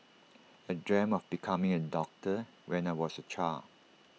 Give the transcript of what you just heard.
I dreamt of becoming A doctor when I was A child